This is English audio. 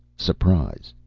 surprise.